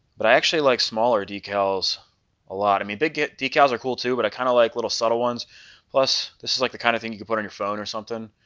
but i actually like smaller decals a lot i mean they get decals are cool too, but i kind of like little subtle ones plus this is like the kind of thing you can put on your phone or something.